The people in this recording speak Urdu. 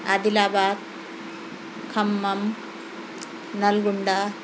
عادل آباد کھمم نلگونڈا